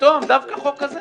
פתאום דווקא חוק כזה